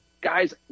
guys